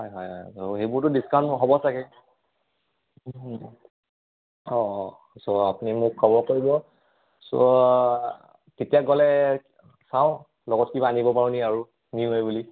হয় হয় হয় সেইবোৰতো ডিছকাউণ্ট হ'ব চাগে অঁ অঁ চ' আপুনি মোক খবৰ কৰিব চ' তেতিয়া গ'লে চাওঁ লগত কিবা আনিব পাৰোঁ নেকি আৰু নিউ ইয়েৰ বুলি